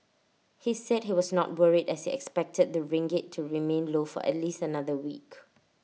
he said he was not worried as he expected the ringgit to remain low for at least another week